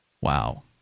Wow